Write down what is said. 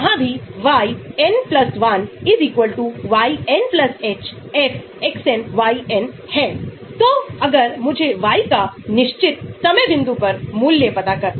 यह यहां हमला करता है तो सक्रिय होने के लिए ऑर्गनोफॉस्फेट्स को हाइड्रोलाइज्ड किया जाना चाहिए और उनकी जैविक गतिविधि इस समूह के आकार पर निर्भर करती है कि यहां छोड़ने वाले समूह का आकार